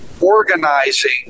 organizing